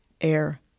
air